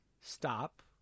stop